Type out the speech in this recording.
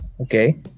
Okay